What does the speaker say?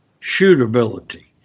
shootability